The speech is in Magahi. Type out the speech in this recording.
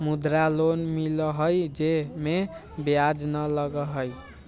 मुद्रा लोन मिलहई जे में ब्याज न लगहई?